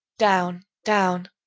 down, down.